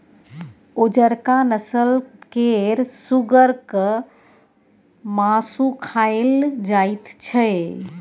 उजरका नस्ल केर सुगरक मासु खाएल जाइत छै